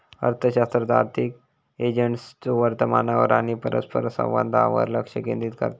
अर्थशास्त्र आर्थिक एजंट्सच्यो वर्तनावर आणि परस्परसंवादावर लक्ष केंद्रित करता